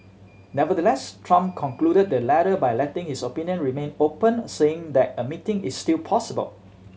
Nevertheless Trump concluded the letter by letting his options remain open saying that a meeting is still possible